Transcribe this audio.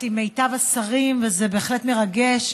עם מיטב השרים, וזה בהחלט מרגש.